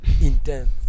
Intense